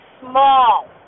small